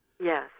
Yes